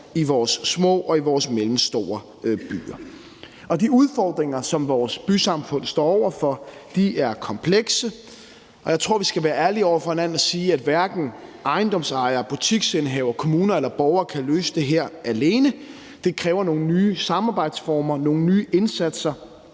i vores mellemstore byer. Og de udfordringer, som vores bysamfund står over for, er komplekse, og jeg tror, vi skal være ærlige over for hinanden og sige, at hverken ejendomsejere, butiksindehavere, kommuner eller borgere kan løse det her alene. Det kræver nogle nye samarbejdsformer og nogle nye indsatser,